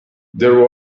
there